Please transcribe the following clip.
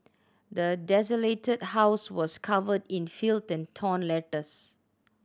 the desolated house was covered in filth and torn letters